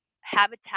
habitat